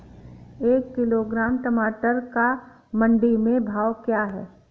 एक किलोग्राम टमाटर का मंडी में भाव क्या है?